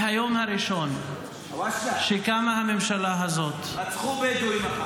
מהיום הראשון שקמה הממשלה הזאת --- רצחו בדואים,